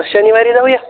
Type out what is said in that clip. शनिवारी जाऊया